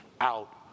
out